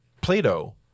Plato